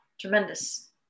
tremendous